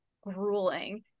grueling